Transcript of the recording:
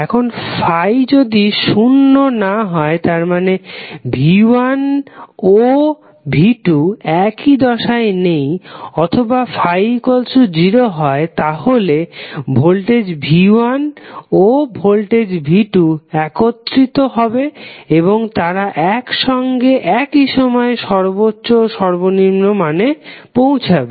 এখন ∅ যদি শুন্য না হয় তার মানে v1 ও v2 একই দশায় নেই অথবা যদি ∅0 হয় তাহলে ভোল্টেজ v1 ও ভোল্টেজ v2 একত্রিত হবে এবং তারা একইসঙ্গে একইসময়ে সর্বোচ্চ ও সর্বনিম্ন মানে পৌঁছাবে